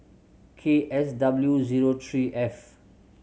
K S W zero three F